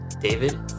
David